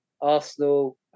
Arsenal